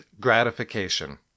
gratification